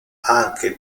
anche